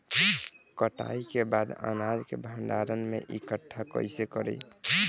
कटाई के बाद अनाज के भंडारण में इकठ्ठा कइसे करी?